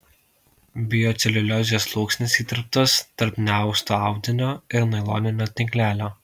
bioceliuliozės sluoksnis įterptas tarp neausto audinio ir nailoninio tinklelio